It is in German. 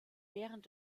während